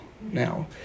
Now